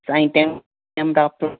साईं टेऊं